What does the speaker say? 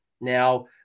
Now